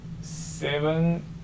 seven